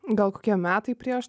gal kokie metai prieš